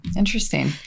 Interesting